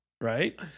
right